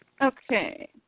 Okay